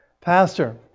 Pastor